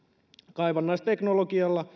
kaivannaisteknologialla kaivososaamisella